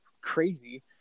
crazy